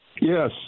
Yes